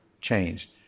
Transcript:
changed